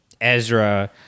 Ezra